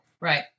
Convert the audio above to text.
Right